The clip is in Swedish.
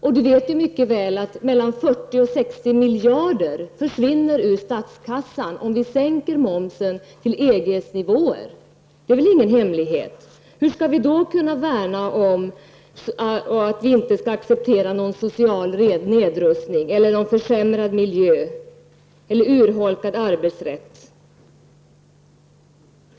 Carl Bildt vet mycket väl att mellan 40 och 60 miljarder försvinner ur statskassan om vi sänker momsen till EGs nivåer. Det är väl ingen hemlighet. Hur skall vi då kunna slå fast att vi inte skall acceptera någon social nedrustning, försämring av miljön eller urholkning av arbetsrätten?